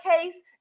case